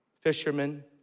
fishermen